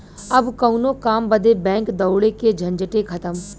अब कउनो काम बदे बैंक दौड़े के झंझटे खतम